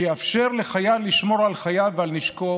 שיאפשר לחייל לשמור על חייו ועל נשקו